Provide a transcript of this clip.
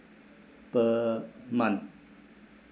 per month